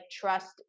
trust